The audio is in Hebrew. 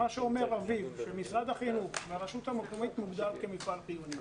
רביב מלאכי אומר שמשרד החינוך והרשות המקומית מוגדרים כמפעל חיוני.